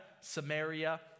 Samaria